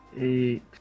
Eight